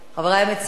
חברי המציעים,